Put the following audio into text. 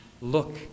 Look